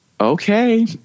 okay